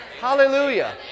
Hallelujah